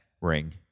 ring